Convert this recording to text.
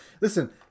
listen